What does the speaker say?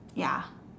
ya